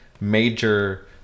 major